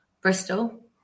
Bristol